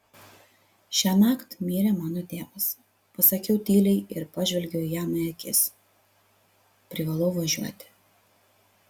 šiąnakt mirė mano tėvas pasakiau tyliai ir pažvelgiau jam į akis privalau važiuoti